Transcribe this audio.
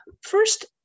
first